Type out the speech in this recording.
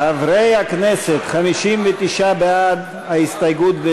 חברי הכנסת, 59 בעד ההסתייגויות,